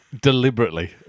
Deliberately